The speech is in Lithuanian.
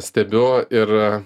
stebiu ir